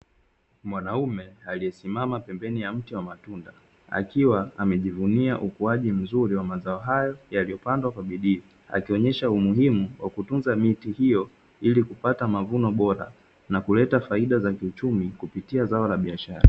Mwanaume aliyesimama pembeni ya mti wa matunda, akiwa amejivunia ukuaji mzuri wa mazao hayo yaliyopandwa kwa bidii, akionyesha umuhimu wa kutunza miti hiyo ili kupata mavuno bora na kuleta faida za kiuchumi kupitia zao la biashara.